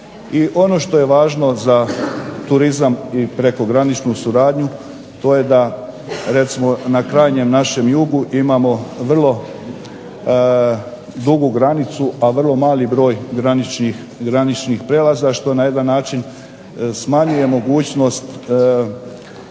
Ono što je važno za turizam i prekograničnu suradnju to je da na krajnjem našem jugu imamo vrlo dugu granicu, a vrlo mali broj graničnih prijelaza što na jedan način smanjuje mogućnost